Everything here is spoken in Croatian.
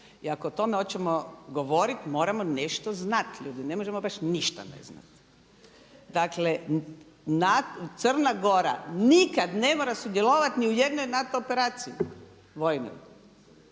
i ako o tome hoćemo govoriti moramo nešto znat ljudi, ne možemo baš ništa ne znat. Dakle, Crna Gora nikad ne mora sudjelovati ni u jednoj NATO operaciji vojnoj,